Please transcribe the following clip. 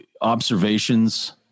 observations